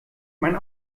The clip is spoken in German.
mein